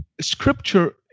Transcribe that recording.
scripture